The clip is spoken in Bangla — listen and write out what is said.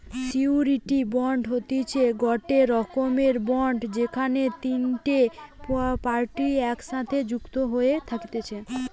সিওরীটি বন্ড হতিছে গটে রকমের বন্ড যেখানে তিনটে পার্টি একসাথে যুক্ত হয়ে থাকতিছে